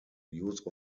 use